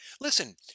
listen